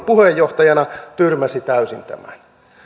puheenjohtajana tyrmäsi täysin tämän